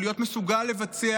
או להיות מסוגל לבצע,